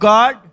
God